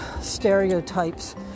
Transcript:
stereotypes